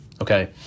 okay